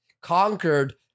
conquered